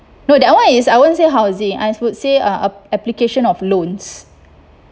no that one is I won't say housing I would say uh application of loans